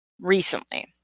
recently